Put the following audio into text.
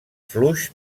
fluix